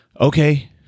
Okay